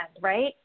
right